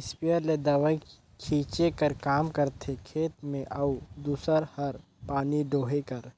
sprayer ले दवई छींचे कर काम करथे खेत में अउ दूसर हर पानी डोहे कर